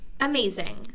amazing